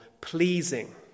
pleasing